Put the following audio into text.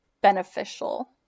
beneficial